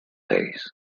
days